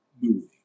movie